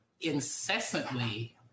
incessantly